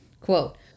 quote